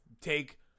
Take